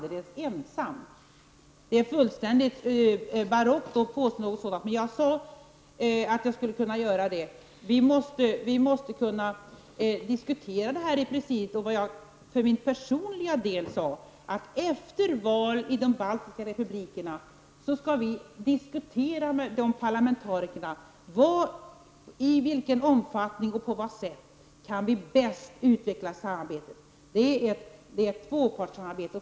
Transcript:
Det vore fullständigt barockt att påstå att jag kan göra det. Vi måste diskutera denna fråga i presidiet. För min personliga del sade jag, att efter valen i de baltiska republikerna skall vi diskutera med parlamentarikerna där i vilken omfattning och på vad sätt vi bäst skall kunna utveckla samarbetet. Det är fråga om ett tvåpartssamarbete.